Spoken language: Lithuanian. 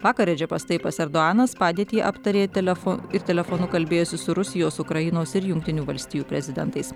vakar edžipas teipas erdoganas padėtį aptarė telefo ir telefonu kalbėjosi su rusijos ukrainos ir jungtinių valstijų prezidentais